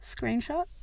screenshot